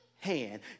hand